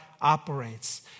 operates